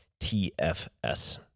TFS